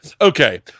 okay